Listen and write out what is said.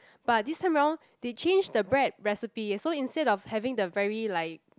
but this time round they change the bread recipe so instead of having the very like